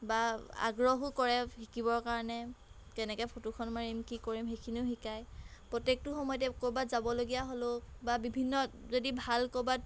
বা আগ্ৰহো কৰে শিকিবৰ কাৰণে কেনেকৈ ফটোখন মাৰিম কি কৰিম সেইখিনিও শিকায় প্ৰত্যেকটো সময়তে ক'ৰবাত যাবলগীয়া হ'লেও বা বিভিন্ন যদি ভাল ক'ৰবাত